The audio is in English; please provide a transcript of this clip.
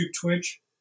Twitch